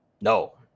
No